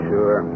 Sure